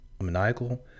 maniacal